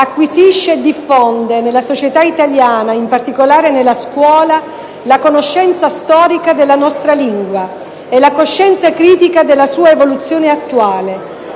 acquisisce e diffonde, nella società italiana e in particolare nella scuola, la conoscenza storica della nostra lingua e la coscienza critica della sua evoluzione attuale,